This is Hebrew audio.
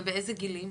ובאיזה גילאים?